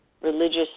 religious